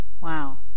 Wow